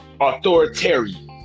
Authoritarian